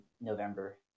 November